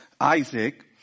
Isaac